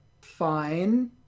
fine